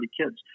kids